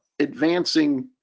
advancing